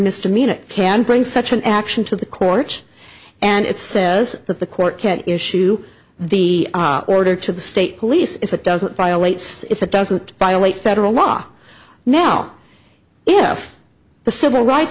mr mean it can bring such an action to the courts and it says that the court can issue the order to the state police if it doesn't violates if it doesn't violate federal law now if the civil rights